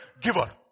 giver